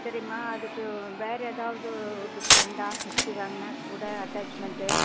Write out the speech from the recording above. சரிம்மா அதுக்கு வேறு எதாவது கிப்ட் உண்டா மிக்ஸி வாங்குனாக்கூட அட்டாச்மென்ட்டு